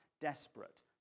desperate